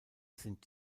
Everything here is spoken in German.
sind